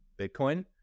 Bitcoin